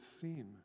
seen